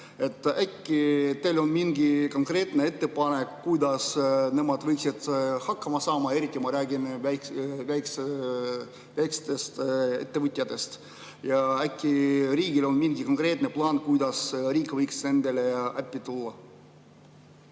Äkki teil on mingi konkreetne ettepanek, kuidas nemad võiksid hakkama saada. Ma räägin eriti väikestest ettevõtjatest. Äkki riigil on mingi konkreetne plaan, kuidas riik võiks nendele appi tulla.